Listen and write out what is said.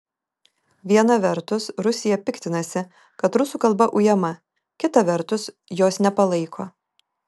viena vertus rusija piktinasi kad rusų kalba ujama kita vertus jos nepalaiko